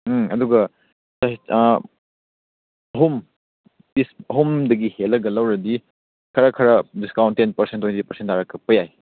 ꯎꯝ ꯑꯗꯨꯒ ꯑꯍꯨꯝ ꯄꯤꯁ ꯑꯍꯨꯝꯗꯒꯤ ꯍꯦꯜꯂꯒ ꯂꯧꯔꯗꯤ ꯈꯔ ꯈꯔ discount ten percent twenty percent ꯇꯥꯔꯛꯄ ꯌꯥꯏ